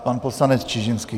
Pan poslanec Čižinský.